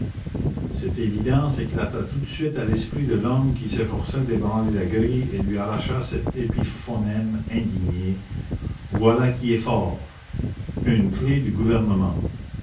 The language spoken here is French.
cette évidence éclata tout de suite à l'esprit de l'homme qui s'efforçait d'ébranler la grille et lui arracha cet épiphonème indigné voilà qui est fort une clef du gouvernement